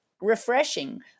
refreshing